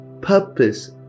purpose